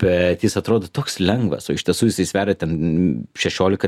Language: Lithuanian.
bet jis atrodo toks lengvas o iš tiesų jisai sveria ten šešiolika